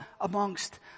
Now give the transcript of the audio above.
amongst